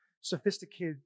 sophisticated